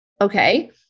Okay